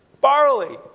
Barley